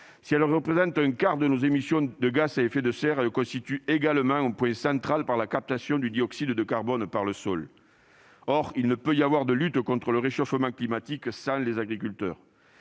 si elle représente un quart de nos émissions de gaz à effet de serre, elle constitue également un point central en raison du processus de captation de dioxyde de carbone par le sol. Il ne peut y avoir de lutte contre le réchauffement climatique sans les agriculteurs.